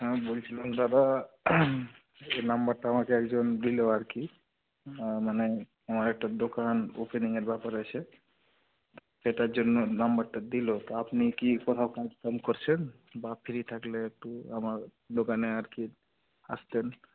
হ্যাঁ বলছিলাম দাদা এ নাম্বারটা আমাকে একজন দিলো আর কি মানে আমার একটা দোকান ওপেনিংয়ের ব্যাপার আছে সেটার জন্য নাম্বারটা দিলো তা আপনি কি কোনো কনফার্ম করছেন বা ফ্রি থাকলে একটু আমার দোকানে আর কি আসতেন